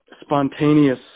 spontaneous